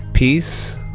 Peace